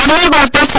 എറണാകുളത്ത് സി